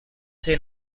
say